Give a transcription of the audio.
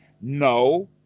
no